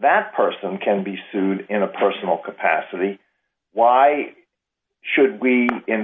that person can be sued in a personal capacity why should we in